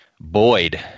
Boyd